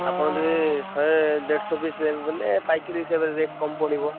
ଆପଣ ଯଦି ଶହେ ଦେଢ଼ଶହ ପିସ୍ ନେବେ ବଲେ ପାଇକିରି ହିସାବରେ ରେଟ୍ କମ୍ ପଡ଼ିବ